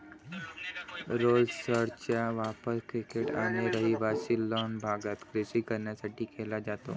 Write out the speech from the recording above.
रोलर्सचा वापर क्रिकेट आणि रहिवासी लॉन भागात कृषी कारणांसाठी केला जातो